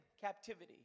captivity